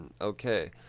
okay